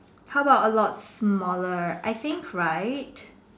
how about a lot smaller I thinks right